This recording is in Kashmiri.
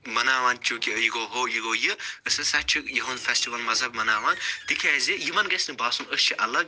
مناوان چونٛکہ یہِ گوٚو ہُہ یہِ گوٚو یہِ أسۍ ہسا چھِ یُہنٛد فیٚسٹِوَل مذہب مناوان تِکیٛازِ یِمَن گژھہِ نہٕ باسُن أسۍ چھِ اَلگ